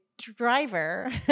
driver